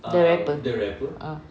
the rapper